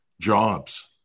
jobs